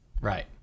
Right